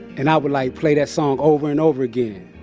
and i would like play that song over and over again,